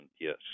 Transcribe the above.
yes